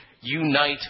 unite